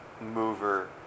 mover